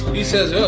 he says,